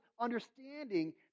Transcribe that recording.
understanding